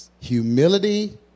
humility